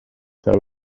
there